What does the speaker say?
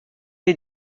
les